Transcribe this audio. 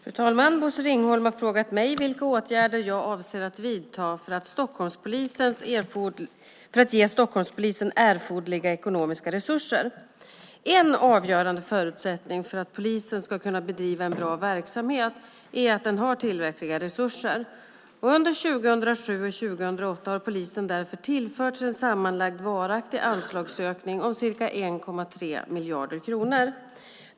Fru talman! Bosse Ringholm har frågat mig vilka åtgärder jag avser att vidta för att ge Stockholmspolisen erforderliga ekonomiska resurser. En avgörande förutsättning för att polisen ska kunna bedriva en bra verksamhet är att den har tillräckliga resurser. Under 2007 och 2008 har polisen därför tillförts en sammanlagd varaktig anslagsökning om ca 1,3 miljarder kronor.